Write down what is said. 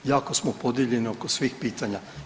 Jako smo podijeljeni oko svih pitanja.